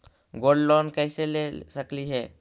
Gold loan कैसे ले सकली हे?